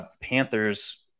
Panthers